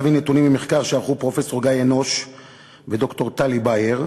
להביא נתונים ממחקר שערכו פרופסור גיא אנוש וד"ר טלי באייר,